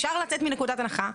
אפשר לצאת מנקודת הנחה.